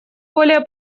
более